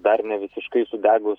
dar nevisiškai sudegus